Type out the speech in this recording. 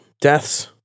deaths